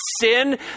sin